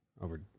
over